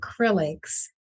acrylics